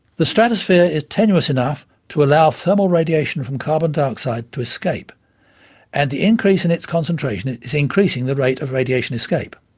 the stratosphere is tenuous enough to allow thermal radiation from carbon dioxide to escape and the increase in its concentration is increasing the rate of radiation escape.